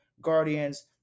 Guardians